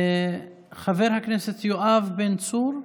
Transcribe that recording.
חבר הכנסת יואב בן צור,